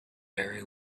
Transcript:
very